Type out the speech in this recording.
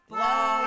Blow